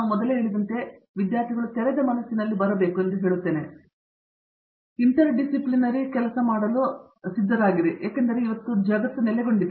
ಪಂಚನಾಲ ನಾನು ತೆರೆದ ಮನಸ್ಸಿನಲ್ಲಿ ಬರುತ್ತೇನೆಂದು ಹೇಳುತ್ತೇನೆ ಅಂತರಶಿಲ್ಪ ಕೆಲಸ ಮಾಡಲು ಸಿದ್ಧರಾಗಿರಿ ಏಕೆಂದರೆ ಇಂದು ಜಗತ್ತು ನೆಲೆಗೊಂಡಿದೆ